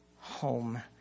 home